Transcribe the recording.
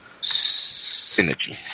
synergy